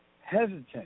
Hesitant